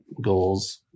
goals